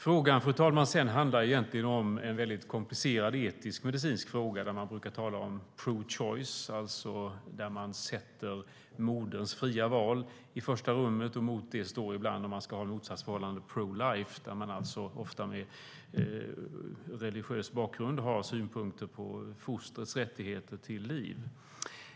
Frågan, fru talman, handlar om en väldigt komplicerad medicinsk-etisk fråga. Man brukar tala om pro-choice, där moderns fria val sätts i första rummet. I ett motsatsförhållande till det står ibland pro-life, där man ofta med religiös bakgrund har synpunkter på fostrets rättigheter till liv.